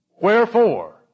Wherefore